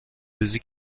ریزی